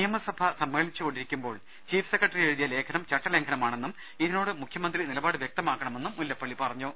നിയമസഭ സമ്മേളിച്ചുകൊണ്ടിരിക്കുമ്പോൾ ചീഫ് സെക്രട്ടറിയെഴുതിയ ലേഖനം ചട്ടലംഘനമാണെന്നും ഇതിനോട് മുഖ്യമന്ത്രി നിലപാട് വ്യക്തമാക്കണ മെന്നും മുല്ലപ്പള്ളി പറഞ്ഞു